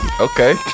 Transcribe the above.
Okay